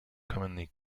commonly